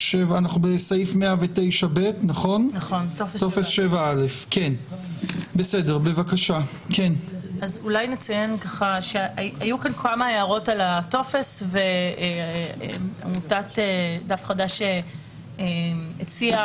בסעיף 109ב. טופס 7א. היו כאן כמה הערות על הטופס ועמותת דף חדש הציעה